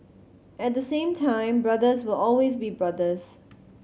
at the same time brothers will always be brothers